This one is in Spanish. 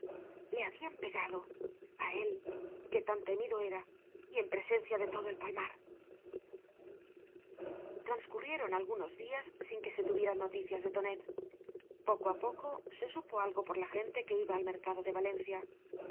le habían pegado á él que tan temido era y en presencía de todo el palmar transcurrieron algunos días sin que se tuvieran noticias de tonet poco á poco se supo algo por la gente que iba al mercado de valencia